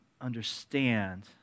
understand